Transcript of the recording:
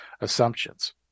assumptions